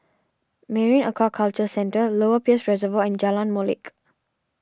Marine Aquaculture Centre Lower Peirce Reservoir and Jalan Molek